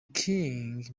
king